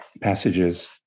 passages